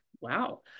wow